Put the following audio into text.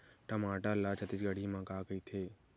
टमाटर ला छत्तीसगढ़ी मा का कइथे?